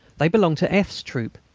they belonged to f s troop.